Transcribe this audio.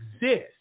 exist